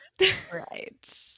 right